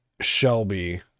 Shelby